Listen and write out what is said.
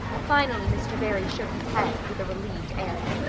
finally mr. barry shook his head, with a relieved air.